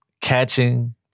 catching